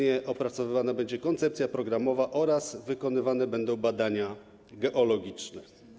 Teraz opracowywana będzie koncepcja programowa oraz wykonywane będą badania geologiczne.